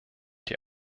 die